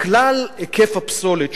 מכלל היקף הפסולת,